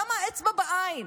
למה אצבע בעין?